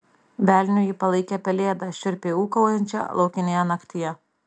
velniu ji palaikė pelėdą šiurpiai ūkaujančią laukinėje naktyje